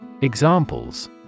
Examples